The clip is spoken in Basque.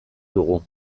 dugu